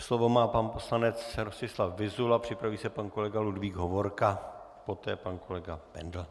Slovo má pan poslanec Rostislav Vyzula, připraví se pan kolega Ludvík Hovorka, poté pan kolega Bendl.